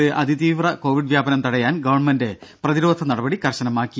ദര സംസ്ഥാനത്ത് അതിതീവ്ര കോവിഡ് വ്യാപനം തടയാൻ ഗവൺമെന്റ് പ്രതിരോധ നടപടി കർശനമാക്കി